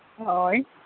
ᱦᱳᱭ